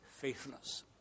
faithfulness